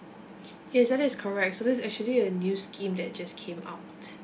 yes that is correct so this is actually a new scheme that it just came out